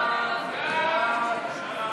ההצעה